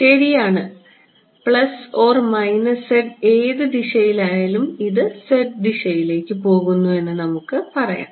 ശരിയാണ് ഏത് ദിശയിലായാലും ഇത് ദിശയിലേക്ക് പോകുന്നു എന്ന് നമുക്ക് പറയാം